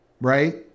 right